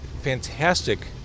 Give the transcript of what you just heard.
fantastic